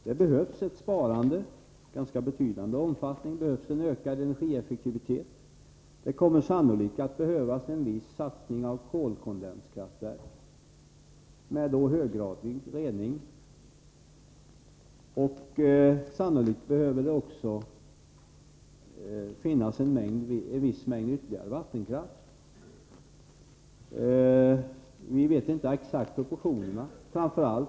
Det behövs en besparing av ganska betydande omfattning, en ökad energieffektivitet, och det kommer sannolikt att behövas en viss satsning på kolkondenskraftverk med höggradig rening och på ytterligare en viss mängd vattenkraft — vi vet inte exakt vilka proportioner det blir fråga om.